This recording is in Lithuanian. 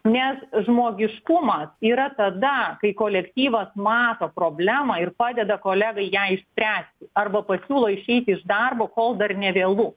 nes žmogiškumas yra tada kai kolektyvas mato problemą ir padeda kolegai ją išspręsti arba pasiūlo išeiti iš darbo kol dar nevėlu